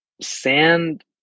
Sand